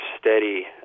steady